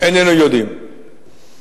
איננו יודעים.